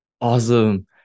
awesome